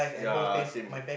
ya same